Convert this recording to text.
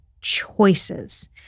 choices